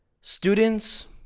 students